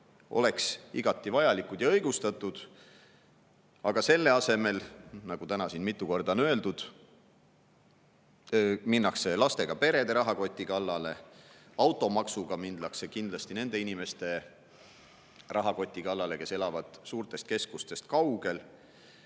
igati vajalikud ja õigustatud, aga selle asemel – nagu täna siin mitu korda on öeldud – minnakse lastega perede rahakoti kallale. Ja automaksuga minnakse kindlasti nende inimeste rahakoti kallale, kes elavad suurtest keskustest kaugel.